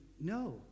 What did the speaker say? no